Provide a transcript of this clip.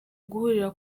guhurira